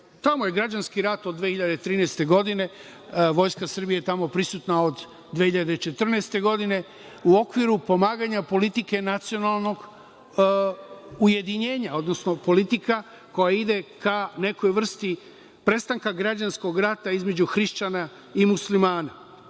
Tamo je građanski rat od 2013. godine, vojska Srbije je tamo prisutna od 2014. godine, u okviru pomaganja politike nacionalnog ujedinjenja, odnosno politika koja ide ka nekoj vrsti prestanka građanskog rata između hrišćana i muslimana.U